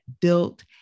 built